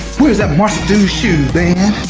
where's that monster dude's shoes man?